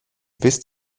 wisst